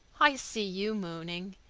i see you mooning!